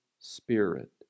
Spirit